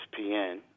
ESPN